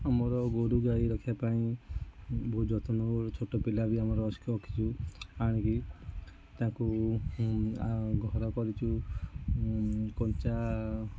ଆମର ଗୋରୁ ଗାଈ ରଖିବା ପାଇଁ ବହୁ ଯତ୍ନ ନେଉ ଗୋଟେ ଛୋଟ ପିଲା ବି ଆମର ଆସିକି ରଖିଛୁ ଆଣିକି ତାଙ୍କୁ ଘର କରିଛୁ କଞ୍ଚା